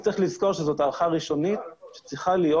אבל צריך לזכור שזאת הערכה ראשונית שצריכה להיות